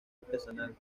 artesanal